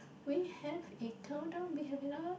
we have a countdown we have another